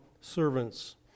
servants